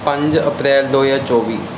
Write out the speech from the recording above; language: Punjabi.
ਪੰਜ ਅਪ੍ਰੈਲ ਦੋ ਹਜ਼ਾਰ ਚੌਵੀ